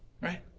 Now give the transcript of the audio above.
right